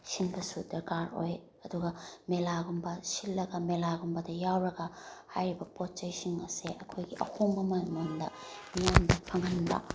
ꯁꯤꯟꯕꯁꯨ ꯗ꯭ꯔꯀꯥꯔ ꯑꯣꯏ ꯑꯗꯨꯒ ꯃꯦꯂꯥꯒꯨꯝꯕ ꯁꯤꯜꯂꯒ ꯃꯦꯂꯥꯒꯨꯝꯕꯗ ꯌꯥꯎꯔꯒ ꯍꯥꯏꯔꯤꯕ ꯄꯣꯠ ꯆꯩꯁꯤꯡ ꯑꯁꯦ ꯑꯩꯈꯣꯏꯒꯤ ꯑꯍꯣꯡꯕ ꯃꯃꯜꯗ ꯃꯤꯌꯥꯝꯗ ꯐꯪꯍꯟꯕ